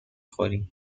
خوریم